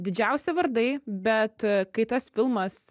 didžiausi vardai bet kai tas filmas